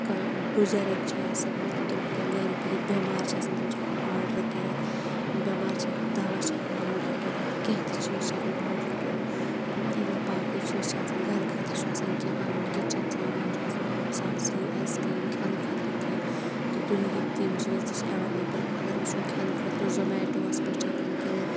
کانٛہہ بُزرگ چھ آسان مَطلَب تِم ہیٚکان گَرِ بِہِتھ بیٚمار چھِ آسان تِم چھِ ہیٚکان آڈَر کٔرِتھ بیٚمار چھِ ہیٚکان دَوا چھِ ہیٚکان آڈَر کٔرِتھ کیٚنٛہہ تہِ چیٖز چھِ ہیٚکان آڈَر کٔرِتھ یا باقٕے چیٖز چھِ آسان گَرٕ خٲطرٕ چھُ آسان کیٚنٛہہ اَنُن کِچَن سامان چھُ آسان اَنُن سَبزی آیس کریٖم کھیٚنہِ خٲطرٕ کیٚنٛہہ تہٕ دُنیِہکۍ تِم چیٖز تہِ چھِ اَیویلیبٕل اَگَر وُچھو کھیٚنہِ خٲطرٕ زومیٹووَس پیٚٹھ چھِ ہیٚکان کٔرِتھ